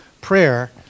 prayer